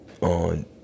On